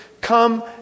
come